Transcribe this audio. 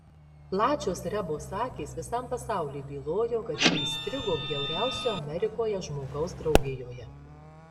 plačios rebos akys visam pasauliui bylojo kad ji įstrigo bjauriausio amerikoje žmogaus draugijoje